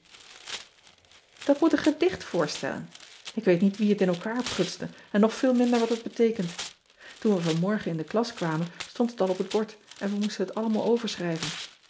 at moet een gedicht voorstellen k weet niet wie het in elkaar prutste en nog veel minder wat het beteekent oen we vanmorgen in de klas kwamen stond het al op het bord en wij moesten het allemaal